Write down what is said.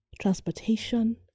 transportation